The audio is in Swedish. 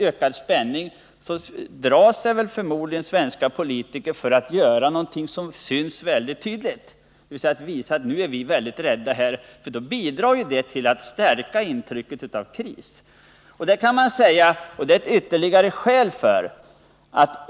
Om spänningen ökar, drar sig förmodligen svenska politiker för att göra någonting som syns tydligt, dvs. man vill inte visa att vi är rädda, för det bidrar till att stärka intrycket av kris.